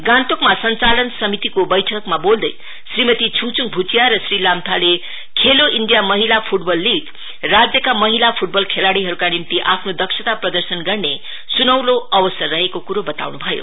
गान्तोक संचालन समितिको वैठकमा बोल्दै श्रीमती छुङछुङ भुटिया र श्री लाम्टाले खेलो इण्डिया महिला फुटबल लिग राज्यका महिला फुटबल खेलाइीहरुको निम्ति आफ्नो दक्षता प्रदर्शन गर्ने सुनौलो अवसर रहेको कुरो वताउनु भयो